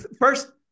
first